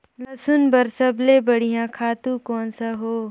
लसुन बार सबले बढ़िया खातु कोन सा हो?